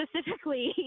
Specifically